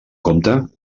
compte